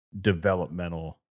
developmental